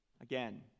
Again